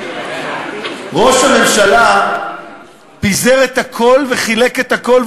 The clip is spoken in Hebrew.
ראש הממשלה פיזר את הכול וחילק את הכול,